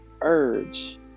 urge